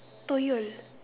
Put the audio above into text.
told you